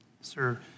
Sir